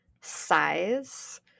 size